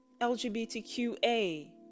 LGBTQA